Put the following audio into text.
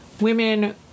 women